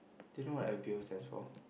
do you know what F_B_O stands for